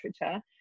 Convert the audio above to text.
literature